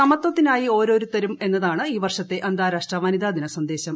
സമത്വത്തിനായി ഓരോരുത്തരും എന്നതാണ് ഈ വർഷത്തെ അന്താരാഷ്ട്ര വനിതാദിന സന്ദേശം